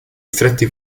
stretti